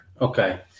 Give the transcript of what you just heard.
okay